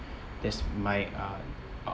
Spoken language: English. that's my uh